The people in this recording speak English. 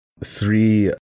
three